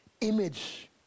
image